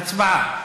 הצבעה.